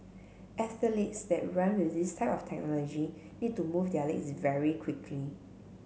athletes that run with this type of technology need to move their legs very quickly